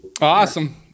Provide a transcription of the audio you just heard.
Awesome